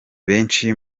benshi